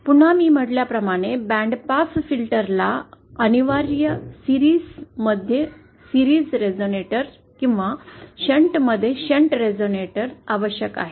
पुन्हा मी म्हटल्याप्रमाणे बँड पास फिल्टर ला अनिवार्यपणे मालिके मध्ये मालिका रेझोनेटर किंवा शंट मध्ये शंट रेझोनेटर आवश्यक आहे